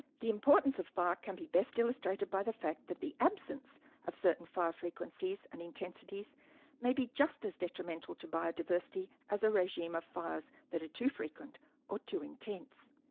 the importance of fire can be best illustrated by the fact that the absence of certain fire frequencies and intensities may be just as detrimental to biodiversity as a regime of fires that are too frequent or too intense.